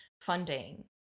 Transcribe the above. funding